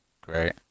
great